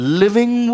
living